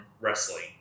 wrestling